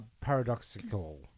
Paradoxical